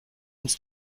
uns